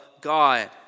God